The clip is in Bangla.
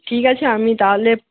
ঠিক আছে আমি তাহলে